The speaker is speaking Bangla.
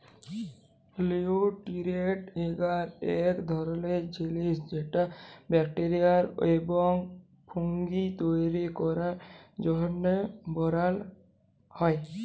লিউটিরিয়েল্ট এগার ইক ধরলের জিলিস যেট ব্যাকটেরিয়া এবং ফুঙ্গি তৈরি ক্যরার জ্যনহে বালাল হ্যয়